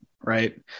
right